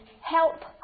help